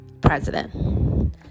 president